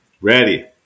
Ready